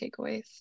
takeaways